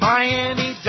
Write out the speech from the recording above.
Miami